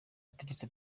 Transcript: ubutegetsi